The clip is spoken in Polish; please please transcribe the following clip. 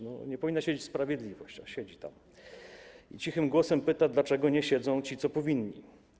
Nie powinna siedzieć sprawiedliwość, a siedzi tam i cichym głosem pyta: Dlaczego nie siedzą ci, co powinni?